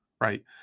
right